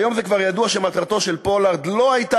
והיום זה כבר ידוע שמטרתו של פולארד לא הייתה